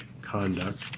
conduct